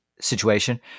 situation